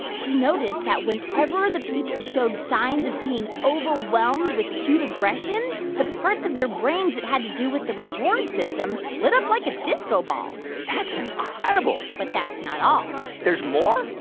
she noticed that whenever the people showed signs of being overwhelmed with cute aggression, the parts of their brains that had to do with the reward system lit up like a disco ball that's incredible but that's not all there's more?